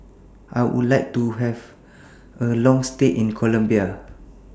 I Would like to Have A Long stay in Colombia